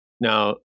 Now